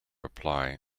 apply